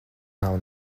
nav